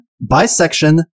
Bisection